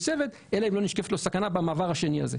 צוות אלא אם לא נשקפת לו סכנה במעבר השני הזה.